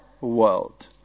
world